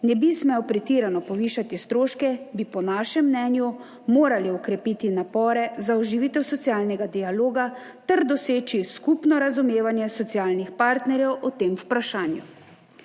ne bi smel pretirano povišati stroškov, bi po našem mnenju morali okrepiti napore za oživitev socialnega dialoga ter doseči skupno razumevanje socialnih partnerjev o tem vprašanju.